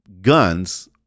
guns